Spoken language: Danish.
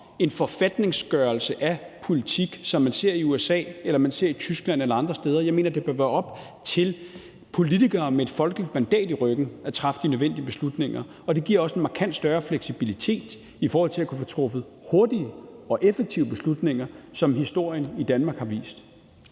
en forfatningsgørelse af politik, som man ser i USA, Tyskland eller andre steder. Jeg mener, at det bør være op til politikere med et folkeligt mandat i ryggen at træffe de nødvendige beslutninger. Det giver også en markant større fleksibilitet i forhold til at kunne få truffet hurtige og effektive beslutninger, som historien i Danmark har vist.